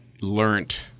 learned